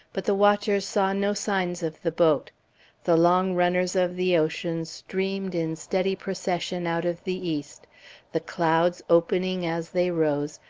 but the watchers saw no signs of the boat the long runners of the ocean streamed in steady procession out of the east the clouds, opening as they rose,